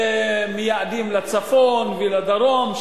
מייעדים לצפון ולדרום,